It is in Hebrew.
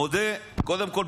מודה קודם כול,